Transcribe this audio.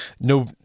no